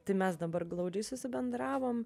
tai mes dabar glaudžiai susibendravom